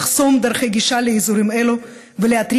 לחסום דרכי גישה לאזורים אלה ולהתריע